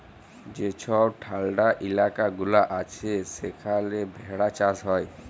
যে ছব ঠাল্ডা ইলাকা গুলা আছে সেখালে ভেড়া চাষ হ্যয়